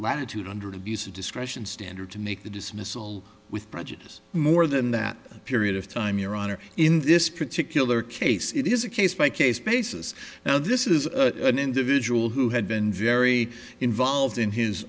latitude under the busa discretion standard to make the dismissal with prejudice more than that period of time your honor in this particular case it is a case by case basis now this is an individual who had been very involved in his